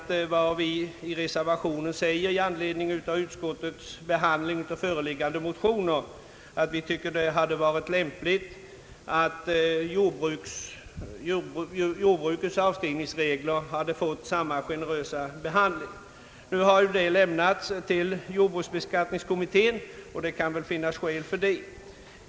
Vi anför i reservationen, i anledning av utskottets behandling av föreliggande motioner, att det hade varit lämpligt att jordbruket hade fått samma generösa avskrivningsregler som de nu föreslagna be reglerna för jordbruket har emellertid överlämnats till jordbruksbeskattningskommittén, och det kan väl finnas skäl därtill.